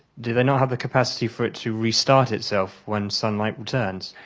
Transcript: did they not have the capacity for it to restart itself when sunlight returns?